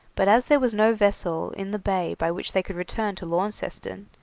but as there was no vessel in the bay by which they could return to launceston,